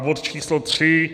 Bod č. 3.